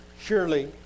surely